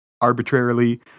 arbitrarily